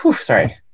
sorry